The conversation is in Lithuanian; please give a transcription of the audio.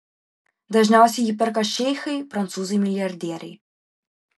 dažniausiai jį perka šeichai prancūzai milijardieriai